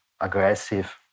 aggressive